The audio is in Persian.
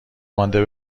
مانده